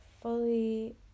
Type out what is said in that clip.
fully